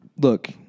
Look